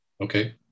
okay